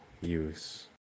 use